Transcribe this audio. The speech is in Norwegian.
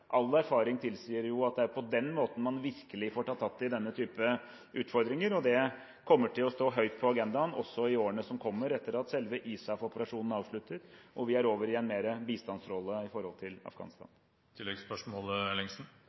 All erfaring tilsier at det er på den måten man virkelig får tatt tak i denne typen utfordringer, og det kommer til å stå høyt på agendaen også i årene som kommer etter at selve ISAF-operasjonen avslutter og vi er over i en mer bistandsrolle i